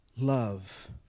love